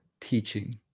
teaching